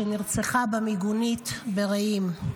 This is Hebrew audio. שנרצחה במיגונית ברעים.